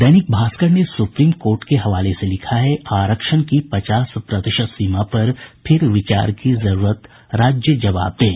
दैनिक भास्कर ने Supreme Court के हवाले से लिखा है आरक्षण की पचास प्रतिशत सीमा पर फिर विचार की जरूरत राज्य जवाब दें